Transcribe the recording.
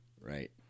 Right